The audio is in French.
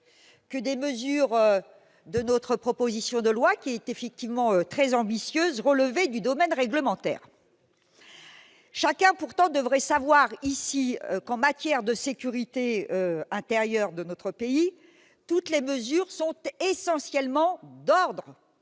que des mesures de notre proposition de loi, qui est effectivement très ambitieuse, relevaient du domaine réglementaire. Chacun devrait pourtant savoir ici que, en matière de sécurité intérieure de notre pays, toutes les mesures sont essentiellement d'ordre